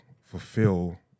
fulfill